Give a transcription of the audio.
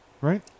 Right